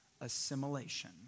assimilation